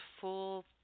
full